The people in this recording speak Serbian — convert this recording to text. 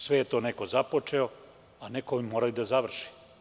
Sve je to neko započeo, a neko mora i da završi.